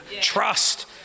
trust